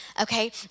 okay